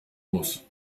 muss